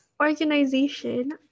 organization